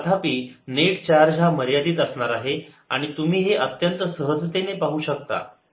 तथापि net charge हा मर्यादित असणार आहे आणि तुम्ही हे अत्यंत सहजतेने पाहू शकता